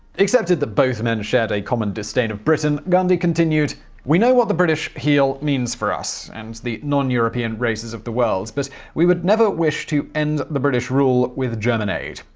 accepted that both men shared a common disdain of britain, gandhi continued we know what the british heel means for us and the non-european races of the world. but we would never wish to end the british rule with german aid.